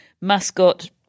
mascot